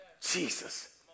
Jesus